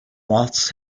moths